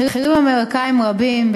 בכירים אמריקנים רבים,